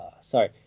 sorry